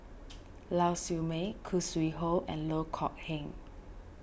Lau Siew Mei Khoo Sui Hoe and Loh Kok Heng